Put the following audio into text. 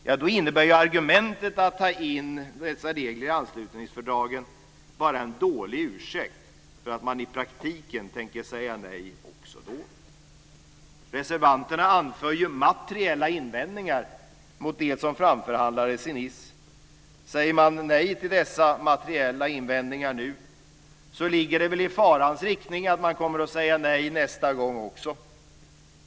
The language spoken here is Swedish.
Ja, då innebär argumentet att ta in dessa regler i anslutningsfördragen bara en dålig ursäkt för att man i praktiken tänker säga nej också då. Reservanterna anför ju materiella invändningar mot det som framförhandlades i Nice. Säger man nej till dessa materiella invändningar nu ligger det i farans riktning att man kommer att säga nej nästa gång också.